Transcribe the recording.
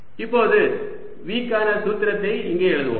இப்போது V க்கான சூத்திரத்தை இங்கே எழுதுவோம்